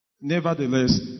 Nevertheless